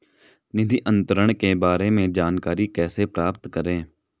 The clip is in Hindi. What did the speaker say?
निधि अंतरण के बारे में जानकारी कैसे प्राप्त करें?